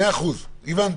מאה אחוז, הבנתי.